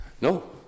no